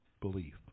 belief